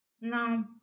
No